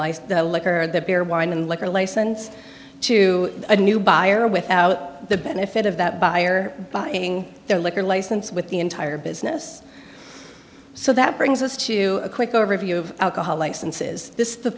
the liquor the beer wine and liquor license to a new buyer without the benefit of that buyer buying their liquor license with the entire business so that brings us to a quick overview of alcohol licenses this th